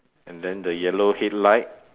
and then the yellow headlight